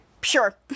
sure